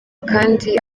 kandi